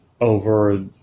over